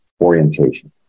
orientation